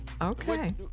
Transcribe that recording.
Okay